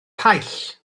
paill